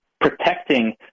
protecting